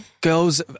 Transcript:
girls